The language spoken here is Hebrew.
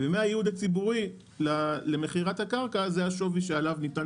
ומהייעוד הציבורי למכירת הקרקע זה השווי שעליו ניתן